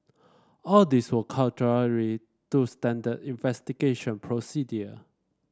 all these were contrary to standard investigation procedure